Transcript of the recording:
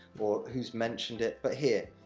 or who's mentioned it. but here,